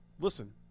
listen